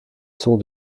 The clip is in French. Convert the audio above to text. sont